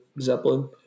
Zeppelin